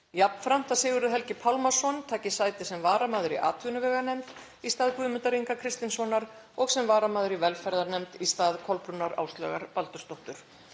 Jafnframt að Sigurður Helgi Pálmason taki sæti sem varamaður í atvinnuveganefnd í stað Guðmundar Inga Kristinssonar og sem varamaður í velferðarnefnd í stað Kolbrúnar Áslaugar Baldursdóttur.